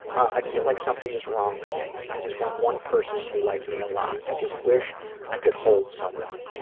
i feel like something is wrong with me. i just want one person to like me a lot. i just wish i could hold someone.